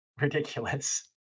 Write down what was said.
ridiculous